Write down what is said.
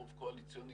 ברוב קואליציוני,